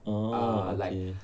ah okay